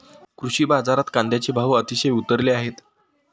कृषी बाजारात कांद्याचे भाव अतिशय उतरले आहेत